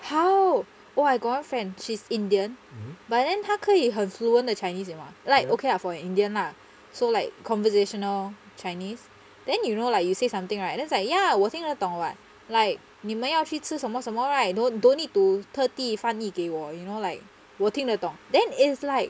how oh I got one friend she's indian but then 她可以很 fluent 的 chinese 你懂 mah like okay lah for an indian lah so like conversational chinese then you know like you say something right then like ya 我听得懂 what like 你们要去吃什么什么 right don't don't need to 特地翻译给我 or you know like 我听得懂 then is like